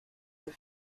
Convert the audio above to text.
the